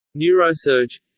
neurosurg.